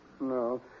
No